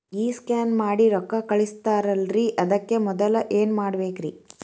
ಈ ಸ್ಕ್ಯಾನ್ ಮಾಡಿ ರೊಕ್ಕ ಕಳಸ್ತಾರಲ್ರಿ ಅದಕ್ಕೆ ಮೊದಲ ಏನ್ ಮಾಡ್ಬೇಕ್ರಿ?